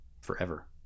forever